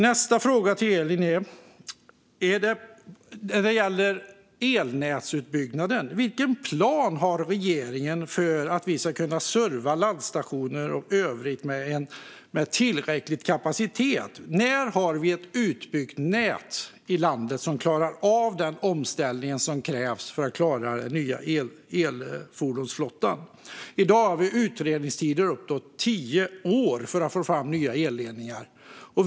Nästa fråga till Elin handlar om elnätsutbyggnaden: Vilken plan har regeringen för att vi ska kunna serva laddstationer och annat med tillräcklig kapacitet? När har vi ett utbyggt nät i landet som klarar av den omställning som krävs för den nya elfordonsflottan? I dag har vi utredningstider på uppemot tio år för att få fram nya elledningar.